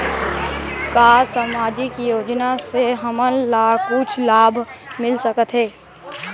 का सामाजिक योजना से हमन ला कुछु लाभ मिल सकत हे?